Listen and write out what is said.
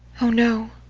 oh no,